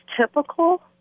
typical